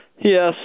yes